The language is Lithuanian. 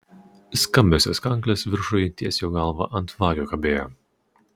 skambiosios kanklės viršuj ties jo galva ant vagio kabėjo